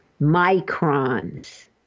microns